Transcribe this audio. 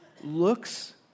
looks